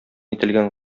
ителгән